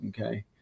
Okay